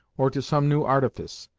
or to some new artifice.